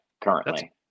currently